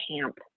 camp